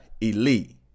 elite